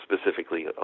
specifically